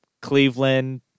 Cleveland